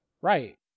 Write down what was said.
right